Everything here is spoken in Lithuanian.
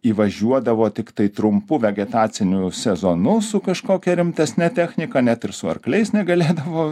įvažiuodavo tiktai trumpu vegetaciniu sezonu su kažkokia rimtesne technika net ir su arkliais negalėdavo